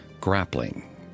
grappling